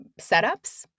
setups